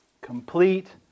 complete